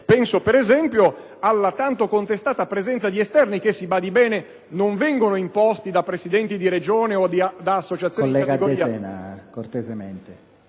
francese e alla tanto contestata presenza di esterni che - si badi bene - non vengono imposti da presidenti di Regione o da associazioni di categoria,